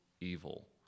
evil